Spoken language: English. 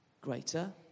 greater